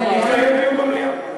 יתקיים דיון במליאה.